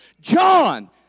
John